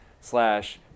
slash